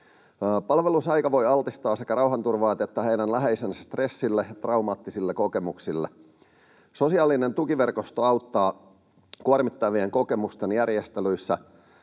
Palvelusaika voi altistaa sekä rauhanturvaajat että heidän läheisensä stressille ja traumaattisille kokemuksille. Sosiaalinen tukiverkosto auttaa kuormittavien kokemusten käsittelyssä,